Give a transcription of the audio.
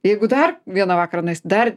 jeigu dar vieną vakarą nueisit dar